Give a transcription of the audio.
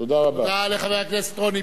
תודה לחבר הכנסת רוני בר-און.